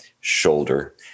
shoulder